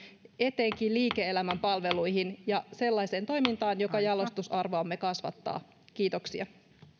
etenkin liike elämän palveluihin ja sellaiseen toimintaan joka jalostusarvoamme kasvattaa kiitoksia